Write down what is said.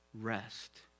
rest